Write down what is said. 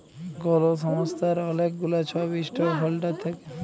call সংস্থার অলেক গুলা ছব ইস্টক হল্ডার থ্যাকে